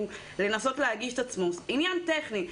לנסות להגיש את עצמו בגלל עניין טכני.